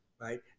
right